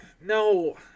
No